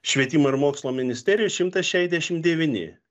švietimo ir mokslo ministerijoj šimtas šešiasdešimt devyni